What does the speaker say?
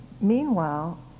Meanwhile